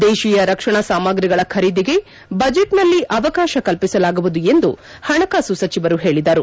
ದೇಶೀಯ ರಕ್ಷಣಾ ಸಾಮಗ್ರಿಗಳ ಖರೀದಿಗೆ ಬಜೆಟ್ನಲ್ಲಿ ಅವಕಾಶ ಕಲ್ಪಿಸಲಾಗುವುದು ಎಂದು ಪಣಕಾಸು ಸಚಿವರು ಪೇಳಿದರು